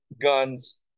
guns